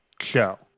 show